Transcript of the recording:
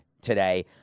today